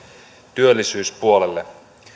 työllisyyspuolelle